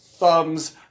Thumbs